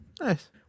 Nice